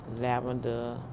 Lavender